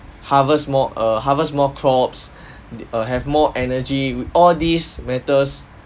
harvest more err harvest more crops the err have more energy w~ all these matters